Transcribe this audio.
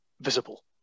visible